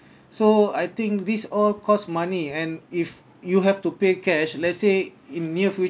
so I think this all cost money and if you have to pay cash let's say in near future